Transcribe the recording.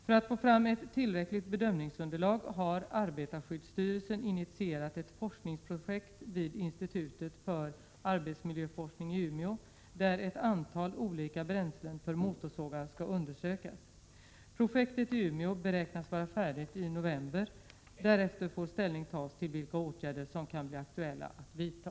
För att få fram ett tillräckligt bedömningsunderlag har arbetarskyddsstyrelsen initierat ett forskningsprojekt vid institutet för arbetsmiljöforskning i Umeå, där ett antal olika bränslen för motorsågar skall undersökas. Projektet i Umeå beräknas vara färdigt i november. Därefter får ställning tas till vilka åtgärder som kan bli aktuella att vidta.